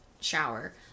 shower